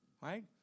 Right